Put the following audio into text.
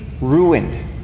ruined